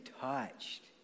touched